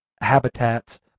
habitats